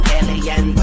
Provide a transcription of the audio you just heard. alien